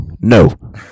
No